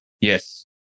Yes